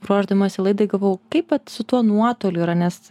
ruošdamasi laidai galvojau kaip vat su tuo nuotoliu yra nes